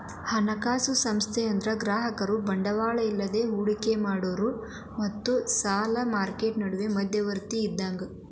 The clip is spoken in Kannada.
ಹಣಕಾಸು ಸಂಸ್ಥೆ ಅಂದ್ರ ಗ್ರಾಹಕರು ಬಂಡವಾಳ ಇಲ್ಲಾ ಹೂಡಿಕಿ ಮಾಡೋರ್ ಮತ್ತ ಸಾಲದ್ ಮಾರ್ಕೆಟ್ ನಡುವಿನ್ ಮಧ್ಯವರ್ತಿ ಇದ್ದಂಗ